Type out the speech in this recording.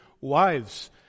Wives